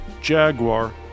Jaguar